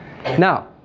Now